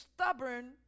stubborn